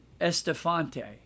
Estefante